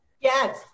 Yes